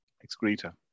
excreta